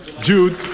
Jude